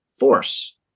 force